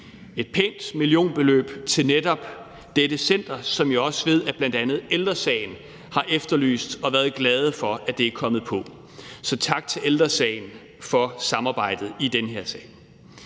et pænt millionbeløb til netop dette center, som jeg også ved bl.a. Ældre Sagen har efterlyst og været glade for er kommet på. Så tak til Ældre Sagen for samarbejdet i den her sag.